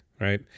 right